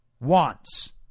wants